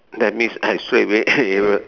that means I straightaway able